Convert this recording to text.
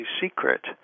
secret